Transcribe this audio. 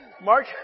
Mark